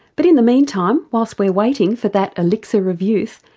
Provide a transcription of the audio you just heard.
but in the meantime while so we're waiting for that elixir of youth,